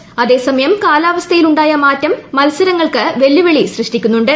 എന്നാൽ ഇതുമൂലം കാലാവസ്ഥയിലുണ്ടായ മാറ്റം മത്സരങ്ങൾക്ക് വെല്ലുവിളി സൃഷ്ടിക്കുന്നുണ്ട്